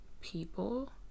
people